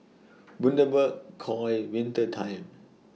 Bundaberg Koi Winter Time